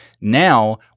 Now